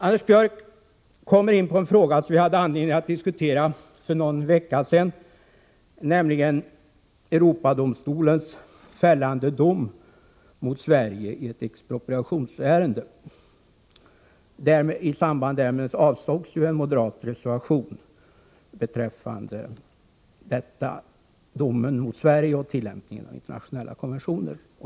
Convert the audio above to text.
Anders Björck kommer också in på en fråga som vi hade anledning att diskutera för någon vecka sedan, nämligen Europadomstolens fällande dom mot Sverige i ett expropriationsärende. I samband med den debatten avslogs en moderat reservation beträffande denna dom och tillämpningen av internationella konventioner.